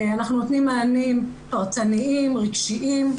אנחנו נותנים מענים פרטניים, רגשיים,